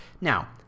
Now